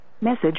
message